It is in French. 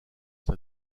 ça